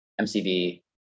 MCV